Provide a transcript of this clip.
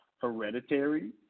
hereditary